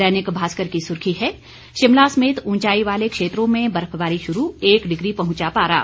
दैनिक भास्कर की सुर्खी है शिमला समेत ऊंचाई वाले क्षेत्रों में बर्फबारी शुरू एक डिग्री पहुंचा पारा